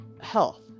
health